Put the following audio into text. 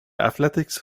athletics